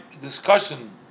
discussion